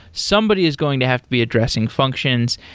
somebody is going to have to be addressing functions.